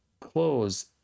close